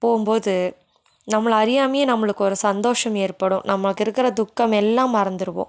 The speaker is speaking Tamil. போகும்போது நம்மள அறியாமையே நம்மளுக்கு ஒரு சந்தோஷம் ஏற்படும் நமக்கு இருக்கிற துக்கம் எல்லாம் மறந்துடுவோம்